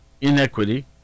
inequity